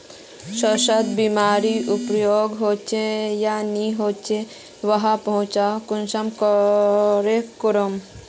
स्वास्थ्य बीमा उपलब्ध होचे या नी होचे वहार जाँच कुंसम करे करूम?